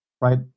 right